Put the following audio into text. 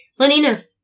Lenina